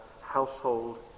household